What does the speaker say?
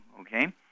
okay